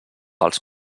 els